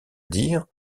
dire